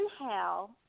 inhale